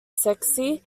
sexy